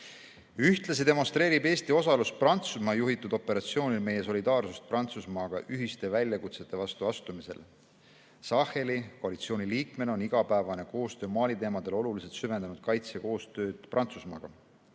Ühtlasi demonstreerib Eesti osalus Prantsusmaa juhitud operatsioonil meie solidaarsust Prantsusmaaga ühiste väljakutsete vastu astumisel. Saheli koalitsiooni liikmena on igapäevane koostöö Mali teemadel oluliselt süvendanud kaitsekoostööd Prantsusmaaga.